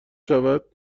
شود